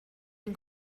این